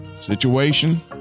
Situation